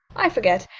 i forget.